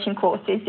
courses